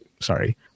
sorry